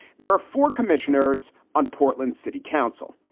there are four commissioners on portland's city council.